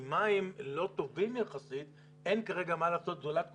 ועם מים לא טובים יחסית אין כרגע מה לעשות זולת כותנה,